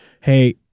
hey